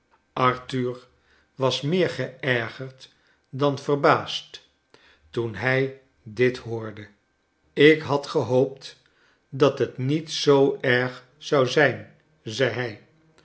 arthur was meer geergerd dan ververbaasd toen hij dit hoorde ik had gehoopt dat het niet zoo erg zou zijn zei